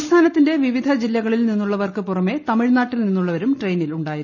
സംസ്ഥാനത്തിന്റെ വിവിധ ജില്ലകളിൽ നിന്നുള്ളവർക്ക് പുറമെ തമിഴ്നാട്ടിൽ നിന്നുള്ളവരും ട്രെയ്മീനിൽ ഉണ്ടായിരുന്നു